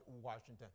Washington